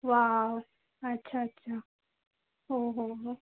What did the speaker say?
wow अच्छा अच्छा हो हो हो